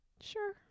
Sure